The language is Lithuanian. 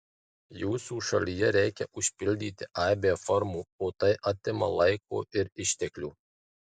jūsų šalyje reikia užpildyti aibę formų o tai atima laiko ir išteklių